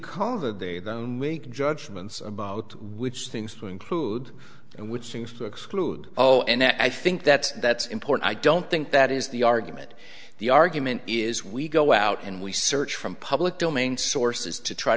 call that they them make judgments about which things to include and which things to exclude oh and i think that that's important i don't think that is the argument the argument is we go out and we search from public domain sources to try